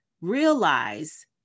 Realize